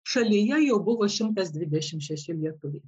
šalyje jau buvo šimtas dvidešimt šeši lietuviai